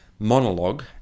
monologue